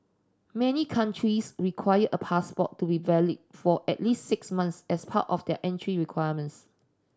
many countries require a passport to be valid for at least six months as part of their entry requirements